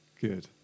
good